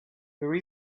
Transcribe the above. there